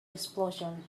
explosion